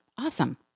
Awesome